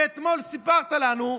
ואתמול סיפרת לנו,